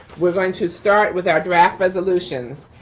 we're going to start with our draft resolutions.